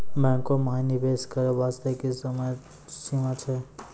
बैंको माई निवेश करे बास्ते की समय सीमा छै?